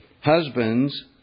Husbands